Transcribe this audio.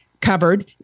covered